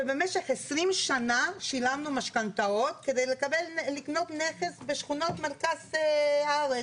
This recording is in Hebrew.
ובמשך 20 שנה שילמנו משכנתאות כדי לקנות נכס בשכונות מרכז הארץ.